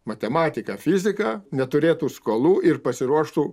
matematiką fiziką neturėtų skolų ir pasiruoštų